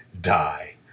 die